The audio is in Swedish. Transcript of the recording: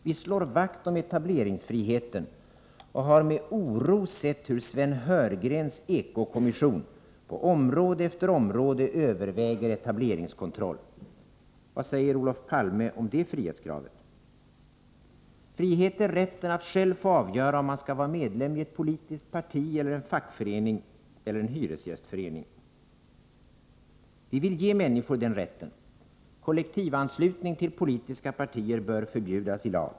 Vi slår vakt om etableringsfriheten och har med oro sett hur Sven Heurgrens ekokommission på område efter område överväger etableringskontroll. Vad säger Olof Palme om det frihetskravet? Frihet är rätten att själv få avgöra om man skall vara medlem i ett politiskt parti, en fackförening eller en hyresgästförening. Vi vill ge människor den rätten. Kollektivanslutning till politiska partier bör förbjudas i lag.